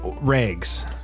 rags